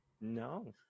No